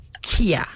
Kia